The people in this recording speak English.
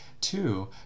two